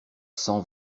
cent